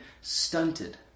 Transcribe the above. stunted